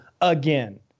again